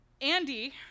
Andy